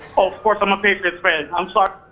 of course i'm a patriots fan. i'm sorry.